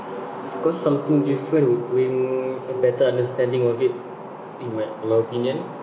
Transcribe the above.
because something different when a better understanding of it in my our opinion